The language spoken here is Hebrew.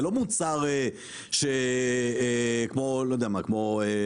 זה לא מוצר כמו קפה.